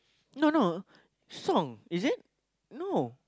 no no song is it no